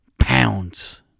pounds